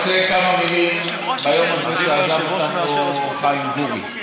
אני רוצה כמה מילים ביום הזה שעזב אותנו חיים גורי.